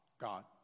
God